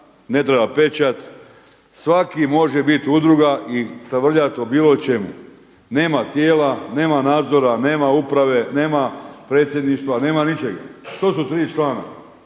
ne treba pečat. Svaki može biti udruga i tavrljat o bilo čemu. Nema tijela, nema nadzora, nema uprave, nema predsjedništva, nema ničega. To su tri člana.